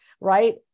Right